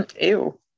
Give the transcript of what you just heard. ew